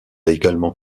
également